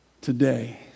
today